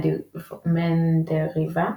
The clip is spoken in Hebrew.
מנדריבה,